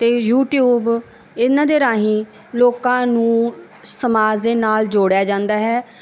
ਅਤੇ ਯੂਟਿਊਬ ਇਨ੍ਹਾਂ ਦੇ ਰਾਹੀਂ ਲੋਕਾਂ ਨੂੰ ਸਮਾਜ ਦੇ ਨਾਲ ਜੋੜਿਆ ਜਾਂਦਾ ਹੈ